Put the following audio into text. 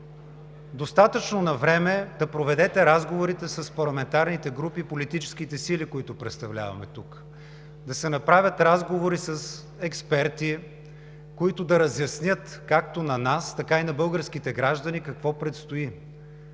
достатъчно навреме да проведете разговорите с парламентарните групи и политическите сили, които представляваме тук. Да се направят разговори с експерти, които да разяснят както на нас, така и на българските граждани какво предстои.